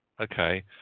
okay